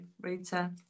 Rita